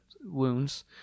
wounds